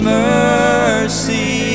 mercy